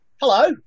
hello